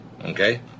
Okay